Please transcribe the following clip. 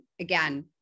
again